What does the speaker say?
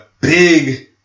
big